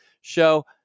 show